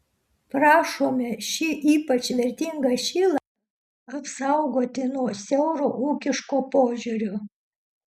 prašome šį ypač vertingą šilą apsaugoti nuo siauro ūkiško požiūrio